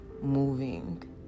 moving